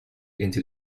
into